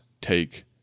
take